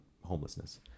homelessness